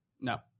No